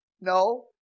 No